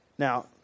Now